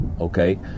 Okay